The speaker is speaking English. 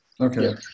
Okay